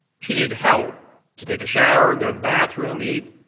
she needed help to take a shower, go to the bathroom, eat.